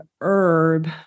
herb